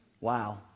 Wow